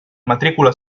matrícula